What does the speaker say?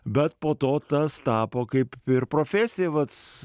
bet po to tas tapo kaip ir profesija vat